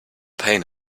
pain